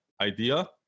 idea